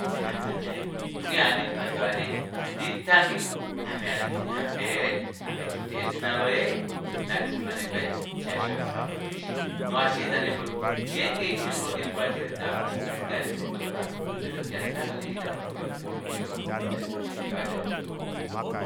Nonghee ohandi mupandula nee handi mutange ame handi muhambelele ame haiti edina loye nalifimanekwe shaashi oove kalunga koshili nohasheeta mboli kutya ngenge haidimbuluka efiku lange ledalo ohandikala ndina etumba nondiwete kutya natango ondina oinakuwanifwa ihapu ndina okwiilonga kombada yedu shaashi onda wedelwako efiku